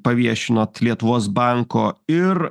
paviešinot lietuvos banko ir